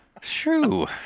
True